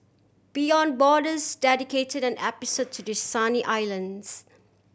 Beyond Borders dedicated an episode to the sunny islands